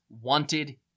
wanted